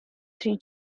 three